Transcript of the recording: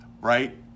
right